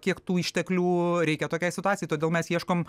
kiek tų išteklių reikia tokiai situacijai todėl mes ieškom